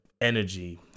energy